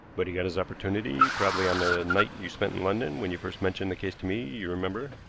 but he got his opportunity probably on the night you spent in london when you first mentioned the case to me, you remember.